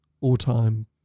all-time